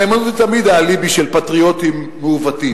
הנאמנות היא תמיד האליבי של פטריוטים מעוותים.